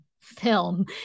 film